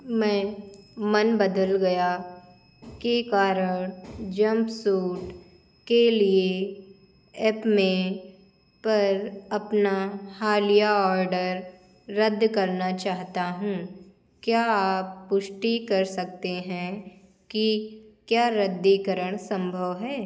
मैं मन बदल गया के कारण जम्प सूट के लिए एथनिक़ पर अपना हालिया ऑर्डर रद्द करना चाहता हूँ क्या आप पुष्टि कर सकते हैं कि क्या रद्दीकरण सम्भव है